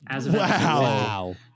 Wow